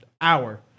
hour